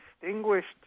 distinguished